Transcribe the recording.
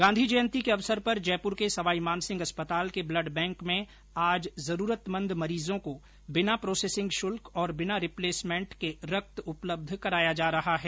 गांधी जयंती के अवसर पर जयपुर के सवाई मानसिंह अस्पताल के ब्लड बैंक में आज जरूरतमंद मरीजों को बिना प्रोसेसिंग शुल्क और बिना रिप्लेसमेंट के रक्त उपलब्ध कराया जा रहा है